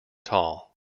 tall